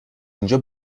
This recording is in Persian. اینجا